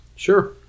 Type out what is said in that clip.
sure